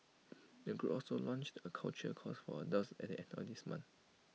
the group also launch A cultural course for adults at the end of this month